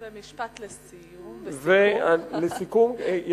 ומשפט לסיום וסיכום.